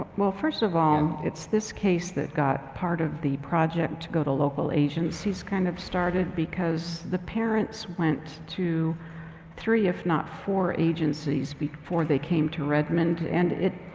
well first of um it's this case that got part of the project to go to local agencies kind of started, because the parents went to three if not four agencies before they came to redmond. and it,